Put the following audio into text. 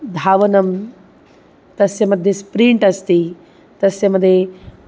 धावनं तस्य मध्ये स्प्रीण्ट् अस्ति तस्य मध्ये